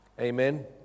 Amen